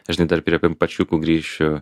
žinai dar prie pimpačkiukų grįšiu